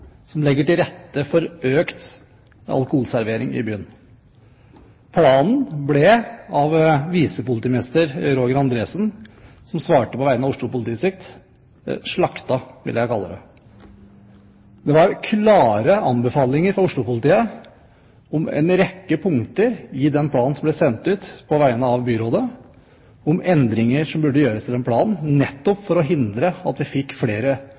som legger til rette for økt alkoholservering i byen. Planen ble av visepolitimester Roger Andresen, som svarte på vegne av Oslo politidistrikt, slaktet, vil jeg kalle det. Det var klare anbefalinger fra Oslo-politiet om en rekke punkter i planen som ble sendt ut på vegne av byrådet, om endringer som burde gjøres i planen for å hindre at vi fikk flere